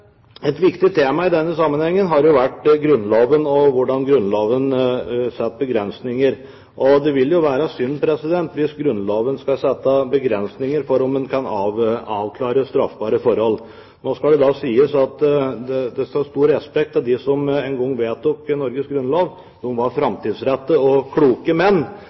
Et viktig tema i denne sammenhengen har vært Grunnloven og hvordan Grunnloven setter begrensninger. Det vil være synd hvis Grunnloven skal sette begrensninger for om en kan avklare straffbare forhold. Nå skal det sies at det står stor respekt av dem som en gang vedtok Norges grunnlov, de var framtidsrettede og kloke menn.